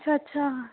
ਅੱਛਾ ਅੱਛਾ